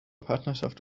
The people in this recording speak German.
partnerschaft